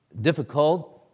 difficult